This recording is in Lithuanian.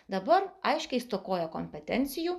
dabar aiškiai stokoja kompetencijų